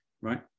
right